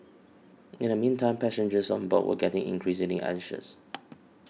in the meantime passengers on board were getting increasingly anxious